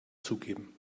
zugeben